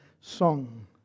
song